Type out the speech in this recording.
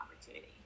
opportunity